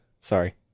Sorry